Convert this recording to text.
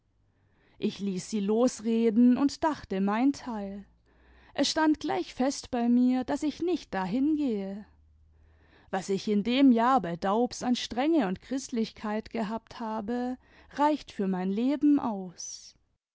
ich ließ sie losreden und dachte mein teil es stand gleich fest bei mir daß ich nicht da hingehe was ich in dem jahr h daubs an strenge und christlichkeit gehabt habe reicht für mein leben aus